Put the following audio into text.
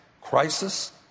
crisis